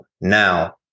Now